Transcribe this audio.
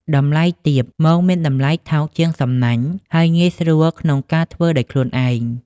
តម្លៃទាប មងមានតម្លៃថោកជាងសំណាញ់ ហើយងាយស្រួលក្នុងការធ្វើដោយខ្លួនឯង។